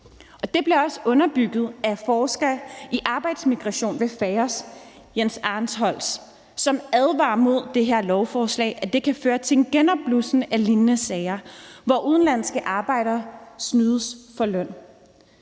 Det bliver også underbygget af forsker i arbejdsmigration ved FAOS Jens Arnholtz, som advarer imod det her lovforslag, og at det kan føre til en genopblussen af lignende sager, hvor udenlandske arbejdere snydes for lønnen.